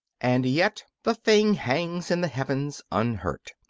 and yet the thing hangs in the heavens unhurt.